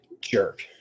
jerk